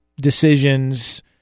decisions